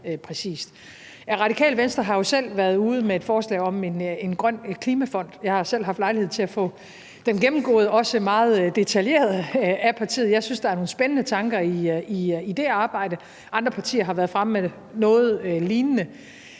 Radikale Venstre har jo selv været ude med et forslag om en grøn klimafond. Jeg har selv haft lejlighed til at få den gennemgået, også meget detaljeret, af partiet. Jeg synes, der er nogle spændende tanker i det arbejde, og andre partier har været fremme med noget lignende.